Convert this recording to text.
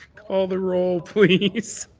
call the role, please.